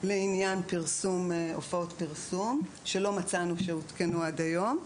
לעניין הופעות פרסום שלא מצאנו שעודכנו עד היום.